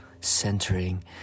centering